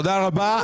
תודה רבה,